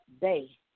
day